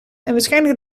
waarschijnlijk